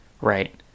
right